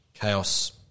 chaos